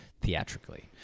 theatrically